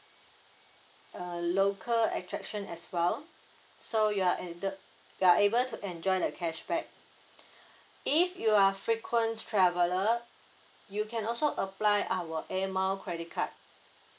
uh local attraction as well so you are able you are able to enjoy the cashback if you are frequent traveller you can also apply our Air Miles credit card